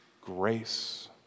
grace